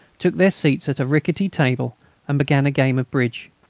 took their seats at a rickety table and began a game of bridge.